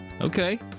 okay